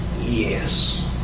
yes